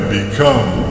become